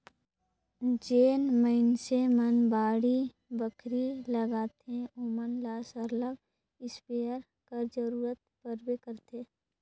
जेन मइनसे मन बाड़ी बखरी लगाथें ओमन ल सरलग इस्पेयर कर जरूरत परबे करथे